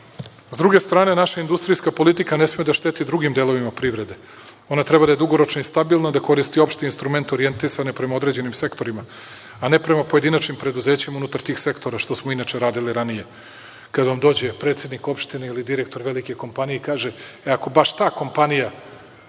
druge strane, naša industrijska politika ne sme da šteti drugim delovima privrede. Ona treba da je dugoročna i stabilna, da koristi opšte instrumente orijentisane prema određenim sektorima, a ne prema pojedinačnim preduzećima unutar tih sektora, što smo inače radili ranije. Kada vam dođe predsednik opštine ili direktor velike kompanije i kaže – e, ako baš ta kompanija